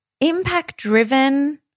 impact-driven